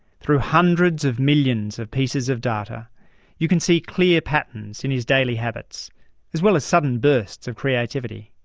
through hundreds of millions of pieces of data you can see clear patterns in his daily habits as well as sudden bursts of creativity.